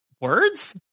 Words